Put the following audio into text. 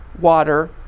water